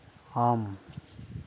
ஆம்